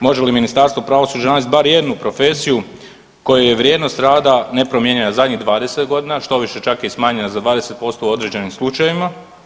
Može li Ministarstvo pravosuđa naći bar jednu profesiju kojoj je vrijednost rada nepromijenjena zadnjih 20 godina, štoviše čak je smanjena za 20% u određenim slučajevima?